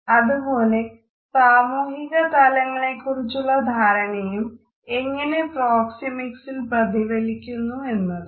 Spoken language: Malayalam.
അതു പോലെ സാമൂഹിക തലങ്ങളെക്കുറിച്ചുള്ള ധാരണയും എങ്ങനെ പ്രോക്സെമിക്സിൽ പ്രതിഫലിക്കുന്നുവെന്നതും